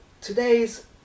today's